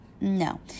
no